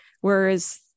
Whereas